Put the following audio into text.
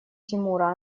тимура